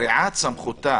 שגריעת סמכותה